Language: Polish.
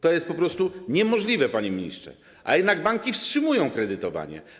To jest po prostu niemożliwe, panie ministrze, a jednak banki wstrzymują kredytowanie.